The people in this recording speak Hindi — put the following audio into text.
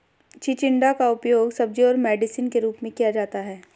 चिचिण्डा का उपयोग सब्जी और मेडिसिन के रूप में किया जाता है